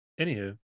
Anywho